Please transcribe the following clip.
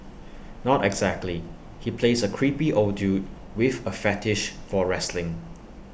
not exactly he plays A creepy old dude with A fetish for wrestling